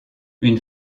une